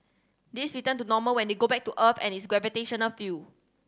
this return to normal when they go back to earth and its gravitational field